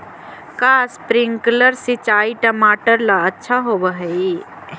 का स्प्रिंकलर सिंचाई टमाटर ला अच्छा होव हई?